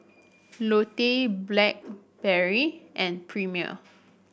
Lotte Blackberry and Premier